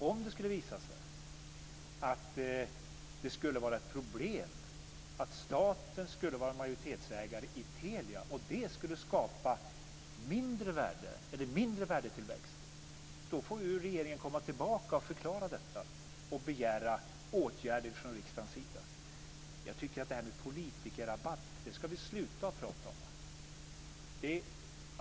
Om det skulle visa sig vara ett problem att staten är majoritetsägare i Telia och det skapar mindre värdetillväxt, får regeringen komma tillbaka och förklara detta och begära åtgärder från riksdagens sida. Jag tycker att vi ska sluta att prata om politikerrabatt.